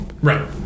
Right